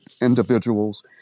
individuals